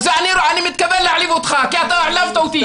אני מתכוון להעליב אותך כי אתה העלבת אותי.